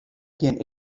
gjin